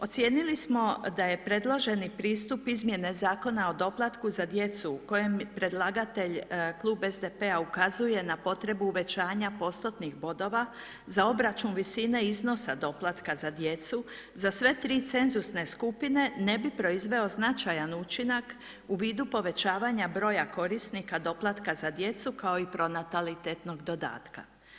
Ocijenili smo da je predloženi pristup izmjene Zakona o doplatku za djecu u kojem predlagatelj klub SDP-a ukazuje na potrebu uvećanja postotnih bodova za obračun visine iznosa doplatka za djecu za sve tri cenzusne skupine ne bi proizveo značajan učinak u vidu povećavanja broja korisnika doplatka za djecu, kao i pronatalitetnog dodatka.